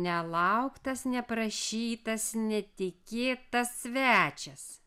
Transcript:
nelauktas neprašytas netikėtas svečias